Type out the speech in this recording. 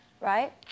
Right